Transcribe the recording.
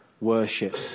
worship